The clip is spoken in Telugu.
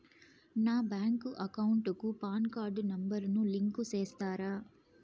నా బ్యాంకు అకౌంట్ కు పాన్ కార్డు నెంబర్ ను లింకు సేస్తారా?